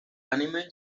anime